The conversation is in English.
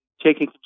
taking